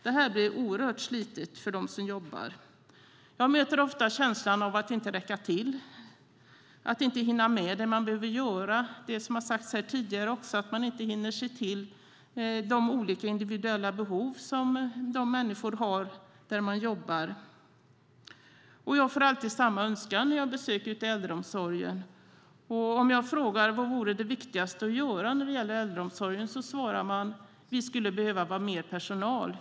Det här blir oerhört slitigt för dem som jobbar. De möter ofta känslan av att inte räcka till, att inte hinna med vad de behöver göra. Det har sagts tidigare att de inte hinner se till de olika individuella behov som människorna har där de jobbar. När jag besöker äldreomsorgen får jag alltid höra samma önskan. Om jag frågar vad som är det viktigaste att göra i äldreomsorgen, svarar de att de behöver mer personal.